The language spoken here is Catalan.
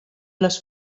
les